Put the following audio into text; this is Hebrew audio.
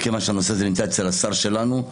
מכיוון שהנושא הזה נמצא אצל השר שלנו,